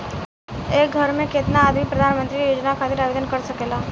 एक घर के केतना आदमी प्रधानमंत्री योजना खातिर आवेदन कर सकेला?